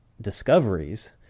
discoveries